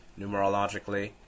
numerologically